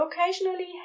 occasionally